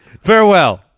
Farewell